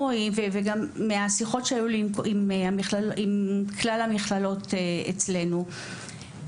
מהשיחות שהיו לי עם כלל המוסדות שהגוף שלנו מאגד,